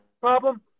problem